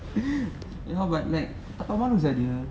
you how about like ugh tak tahu malu sia dia